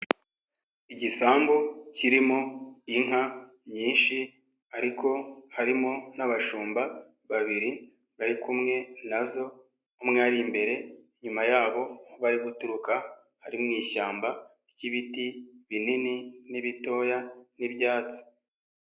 Igisambu kirimo inka nyinshi ariko harimo n'abashumba babiri bari kumwe na zo, umwe ari imbere, nyuma yaho bari guturuka hari ishyamba ry'ibiti binini n'ibitoya n'ibyatsi.